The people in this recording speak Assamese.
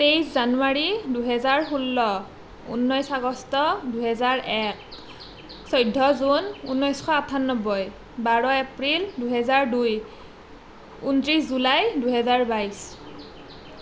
তেইছ জানুৱাৰী দুহেজাৰ ষোল্ল ঊনৈছ আগষ্ট দুহেজাৰ এক চৈধ্য জুন ঊনৈছশ আঠান্নব্বৈ বাৰ এপ্ৰিল দুহেজাৰ দুই ঊনত্ৰিছ জুলাই দুহেজাৰ বাইছ